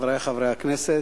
חברי חברי הכנסת,